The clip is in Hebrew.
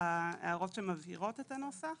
שמבהירות את הנוסח.